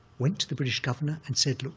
went to the british governor and said, look,